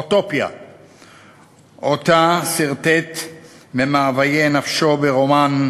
אוטופיה שסרטט במאוויי נפשו ברומן